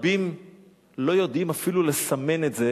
רבים לא יודעים אפילו לסמן את זה,